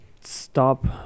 stop